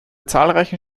zahlreichen